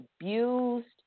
abused